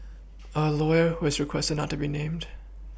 a lawyer who requested not to be named